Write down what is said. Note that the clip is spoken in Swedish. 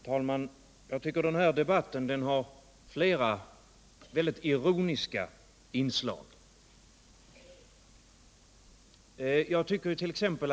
Herr talman! Den här debatten har flera mycket ironiska inslag. Jag tyckert.ex.